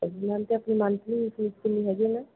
ਹਾਂਜੀ ਮੈਮ ਅਤੇ ਆਪਣੀ ਮੰਨਥਲੀ ਫੀਸ ਕਿੰਨੀ ਹੈਗੀ ਆ ਮੈਮ